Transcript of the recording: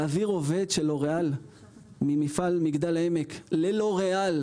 להעביר עובד של לוריאל ממפעל מגדל העמק ללוריאל